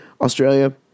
Australia